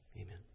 Amen